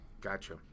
Gotcha